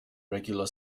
regular